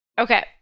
Okay